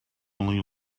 only